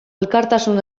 elkartasun